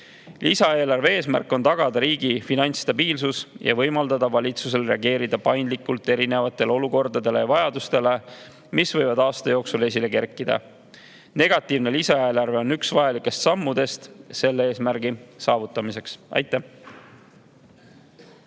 Lisaeelarve eesmärk on tagada riigi finantsstabiilsus ja võimaldada valitsusel reageerida paindlikult erinevatele olukordadele ja vajadustele, mis võivad aasta jooksul esile kerkida. Negatiivne lisaeelarve on üks vajalikest sammudest selle eesmärgi saavutamiseks. Aitäh!